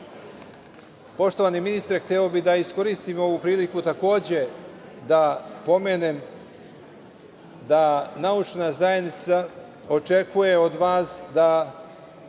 uraditi. Poštovani ministre, hteo bih da iskoristim ovu priliku, takođe, da pomenem da naučna zajednica očekuje od vas da